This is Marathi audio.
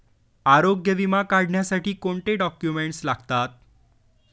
आरोग्य विमा काढण्यासाठी कोणते डॉक्युमेंट्स लागतात?